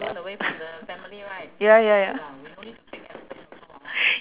ya ya ya